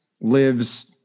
lives